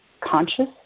conscious